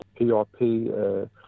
PRP